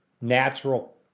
natural